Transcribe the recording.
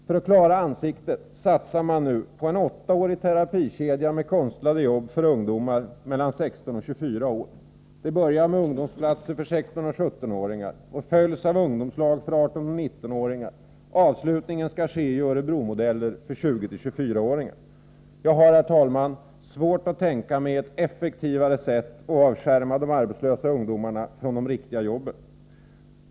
För att klara ansiktet satsar regeringen nu på en åttaårig terapikedja med konstlade jobb för ungdomar mellan 16 och 24 år. Det börjar med ungdomsplatser för 16 och 17-åringar och följs av ungdomslag för 18 och 19-åringar. Avslutningen sker i Örebromodeller för 20-24-åringar. Jag har, herr talman, svårt att tänka mig ett effektivare sätt att avskärma de arbetslösa ungdomarna från de riktiga jobben.